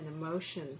emotion